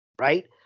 right